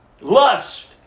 lust